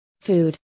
Food